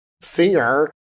singer